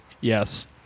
yes